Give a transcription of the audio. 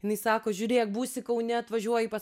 jinai sako žiūrėk būsi kaune atvažiuoji pas